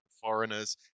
foreigners